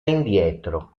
indietro